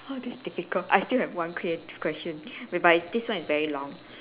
oh this difficult I still have one creative question whereby this one is very long